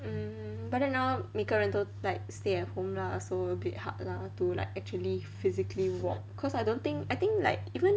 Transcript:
mm but then now 每个人都 like stay at home lah so a bit hard lah to like actually physically walk cause I don't think I think like even